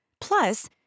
Plus